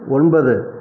ஒன்பது